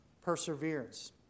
perseverance